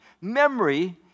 memory